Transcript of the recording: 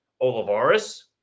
Olivares